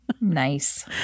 Nice